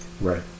Right